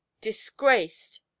disgraced